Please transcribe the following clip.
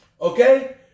Okay